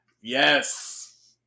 Yes